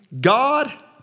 God